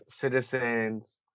citizens